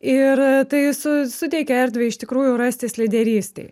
ir tai su suteikia erdvę iš tikrųjų rastis lyderystei